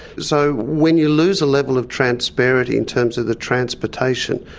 so when you lose a level of transparency in terms of the transportation,